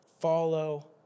Follow